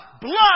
blood